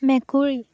মেকুৰী